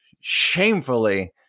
shamefully